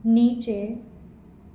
नीचे